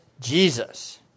Jesus